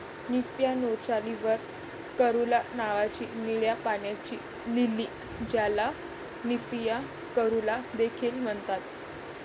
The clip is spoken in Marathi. निम्फिया नौचाली वर कॅरुला नावाची निळ्या पाण्याची लिली, ज्याला निम्फिया कॅरुला देखील म्हणतात